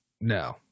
No